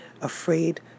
afraid